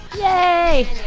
Yay